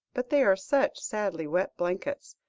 but they are such sadly wet blankets.